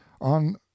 on